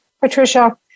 Patricia